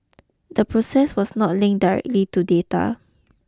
the process was not linked directly to data